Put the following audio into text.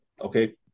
okay